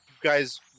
guys